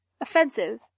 Offensive